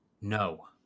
No